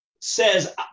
says